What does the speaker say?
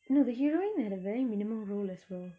no the heroine had a very minimum role as well